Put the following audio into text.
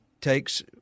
takes